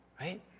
Right